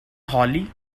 hollie